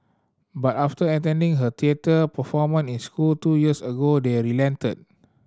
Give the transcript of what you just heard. but after attending her theatre performant in school two years ago they relented